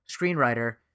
screenwriter